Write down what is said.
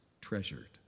treasured